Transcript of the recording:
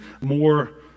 More